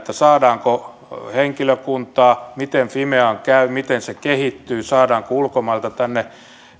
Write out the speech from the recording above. saadaanko henkilökuntaa miten fimean käy miten se kehittyy saadaanko ulkomailta tänne